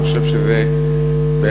אני חושב שזה באמת,